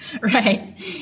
right